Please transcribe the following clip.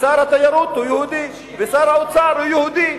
שר התיירות הוא יהודי ושר האוצר הוא יהודי.